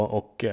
och